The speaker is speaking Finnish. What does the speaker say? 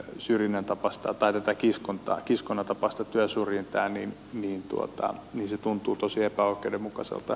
syynä tapasta taidetta tätä kiskonnan tapaista työsyrjintää niin se tuntuu tosi epäoikeudenmukaiselta